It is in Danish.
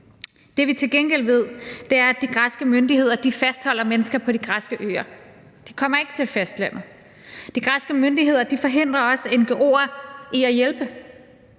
Det, vi til gengæld ved, er, at de græske myndigheder fastholder mennesker på de græske øer. De kommer ikke til fastlandet. De græske myndigheder forhindrer også ngo'er i at hjælpe